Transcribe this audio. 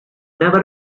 never